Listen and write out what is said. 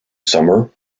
summer